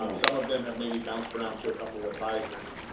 um some of them have maybe bounced around to a couple of advisors.